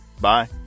Bye